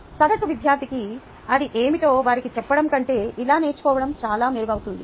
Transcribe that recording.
సగటు విద్యార్థికి అది ఏమిటో వారికి చెప్పడం కంటే ఇలా నేర్చుకోవడం చాలా మెరుగవుతుంది